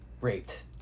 raped